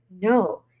no